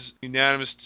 unanimous